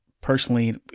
personally